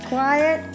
Quiet